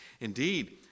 Indeed